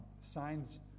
signs